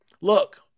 Look